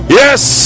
yes